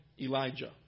Elijah